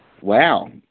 Wow